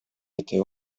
этой